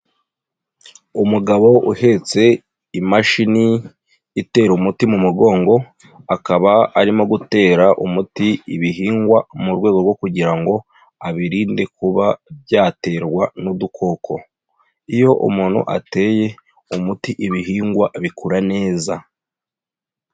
Umugabo uhetse imashini itera umuti mu mugongo, akaba arimo gutera umuti ibihingwa mu rwego rwo kugira ngo abirinde kuba byaterwa n'udukoko, iyo umuntu ateye umuti ibihingwa bikura neza.